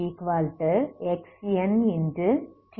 Tn